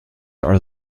are